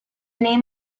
name